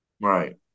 Right